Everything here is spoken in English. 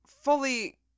fully